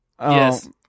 Yes